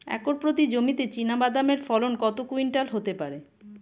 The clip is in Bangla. একর প্রতি জমিতে চীনাবাদাম এর ফলন কত কুইন্টাল হতে পারে?